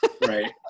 Right